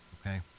okay